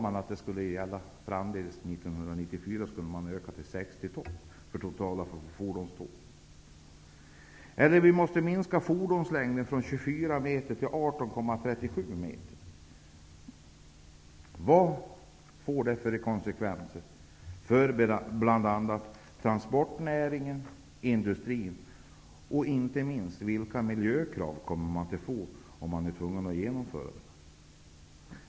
Om vi nu måste sänka totalvikten på ett fordonståg från 56 ton till 40 ton och om vi måste minska fordonslängden från 24 meter till 18,37 meter, vilka konsekvenser får det för transportnäringen, industrin och -- inte minst vilka miljökrav kommer det att medföra?